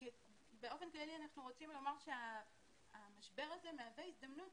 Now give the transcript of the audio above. באופן כללי אנחנו רוצים לומר שהמשבר הזה מהווה הזדמנות